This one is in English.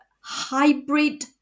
hybrid